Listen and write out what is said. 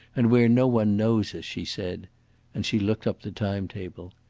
and where no one knows us, she said and she looked up the time-table.